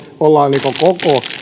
ollaan koko